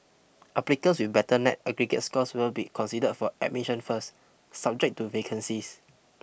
applicants with better net aggregate scores will be considered for admission first subject to vacancies